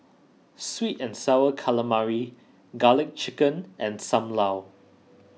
Sweet and Sour Calamari Garlic Chicken and Sam Lau